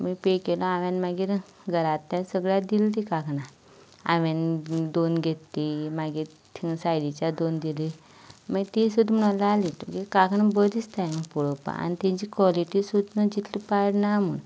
मागी पे केलो हांवें मागीर घरांतल्या सगल्या दिलीं तींं कांकणां हांवें दोन घेतली मागी थिंगां सायडीच्या दोन दिली मागी ती सुद्दा म्हणो लागली तुगे कांकणां बरी दिसताय म्हूण पळपा आनी तेंची क्वॉलिटी सुद्दा तेंची इतली पाड ना म्हूण